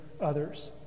others